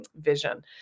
vision